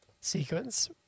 sequence